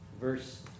verse